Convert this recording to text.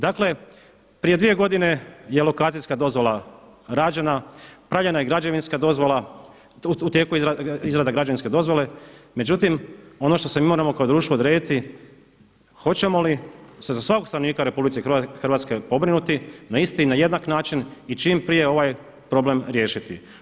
Dakle prije dvije godine je lokacijska dozvola rađena, pravljena je građevinska dozvola u tijeku je izrada građevinske dozvole, međutim ono što se mi moramo kao društvo odrediti, hoćemo li za svakog stanovnika u RH pobrinuti na isti i na jednak način i čim prije ovaj problem riješiti.